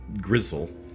Grizzle